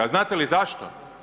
A znate li zašto?